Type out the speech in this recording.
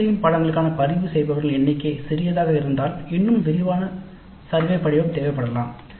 தேர்ந்தெடுக்கப்பட்ட பாடநெறிக்கான பதிவு செய்பவர்களின் எண்ணிக்கை சிறியதாக இருந்தால் இன்னும் விரிவான சர்வே படிவம் தேவைப்படலாம்